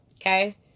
okay